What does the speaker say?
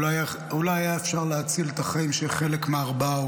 אולי היה אפשר להציל את החיים של חלק מהארבעה,